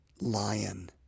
lion